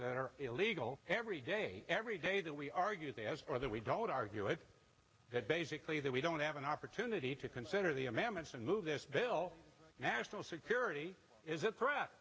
that are illegal every day every day that we argue whether we don't argue that basically that we don't have an opportunity to consider the amendments and move this bill national security is a threat